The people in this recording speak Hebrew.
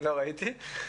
לא ראיתי.